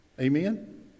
Amen